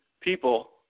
people